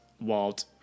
Walt